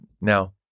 Now